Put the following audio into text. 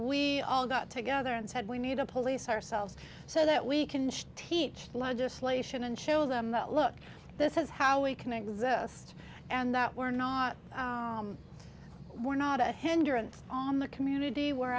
we all got together and said we need to police ourselves so that we can teach the legislation and show them that look this is how we can exist and that we're not we're not a hindrance on the community we're